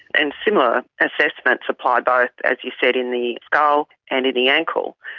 and similar assessments apply both, as you said, in the skull and in the ankle.